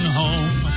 home